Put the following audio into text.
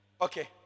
Okay